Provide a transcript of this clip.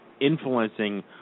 influencing